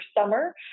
summer